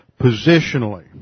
positionally